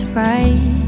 right